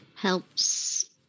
Helps